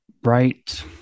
bright